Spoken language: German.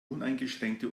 uneingeschränkte